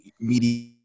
media